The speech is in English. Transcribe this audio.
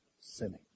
sinning